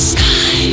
Sky